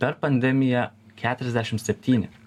per pandemiją keturiasdešimt septyni